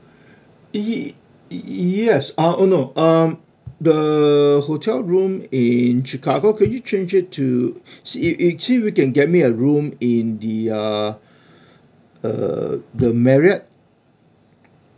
E E yes uh oh no um the hotel room in chicago could you change it to see if if you can get me a room in the uh uh the marriott